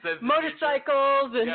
motorcycles